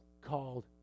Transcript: called